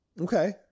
okay